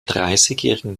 dreißigjährigen